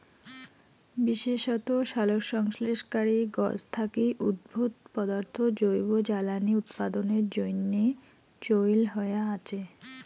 বিশেষত সালোকসংশ্লেষণকারী গছ থাকি উদ্ভুত পদার্থ জৈব জ্বালানী উৎপাদনের জইন্যে চইল হয়া আচে